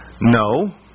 no